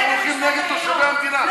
אתם הולכים נגד תושבי המדינה.